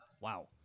Wow